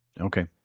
Okay